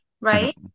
right